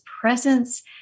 presence